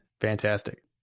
Fantastic